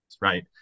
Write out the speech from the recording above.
right